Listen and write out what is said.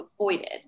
avoided